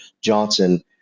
Johnson